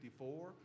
1954